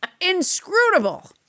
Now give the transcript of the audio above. inscrutable